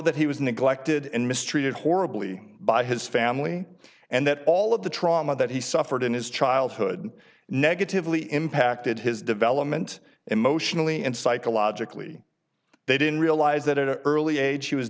that he was neglected and mistreated horribly by his family and that all of the trauma that he suffered in his childhood negatively impacted his development emotionally and psychologically they didn't realize that an early age he was